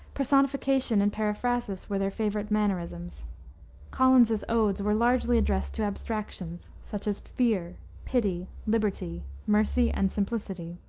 personification and periphrasis were their favorite mannerisms collins's odes were largely addressed to abstractions, such as fear, pity, liberty, mercy, and simplicity.